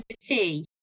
tea